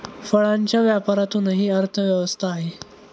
फळांच्या व्यापारातूनही अर्थव्यवस्था आहे